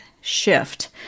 shift